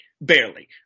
Barely